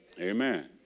amen